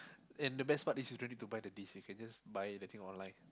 and the best part is you don't need to buy the disk you can just buy the thing online